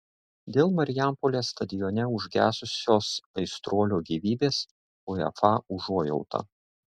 dėl marijampolės stadione užgesusios aistruolio gyvybės uefa užuojauta